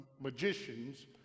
magicians